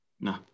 No